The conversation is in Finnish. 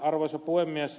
arvoisa puhemies